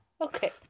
okay